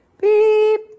beep